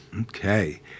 Okay